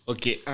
Okay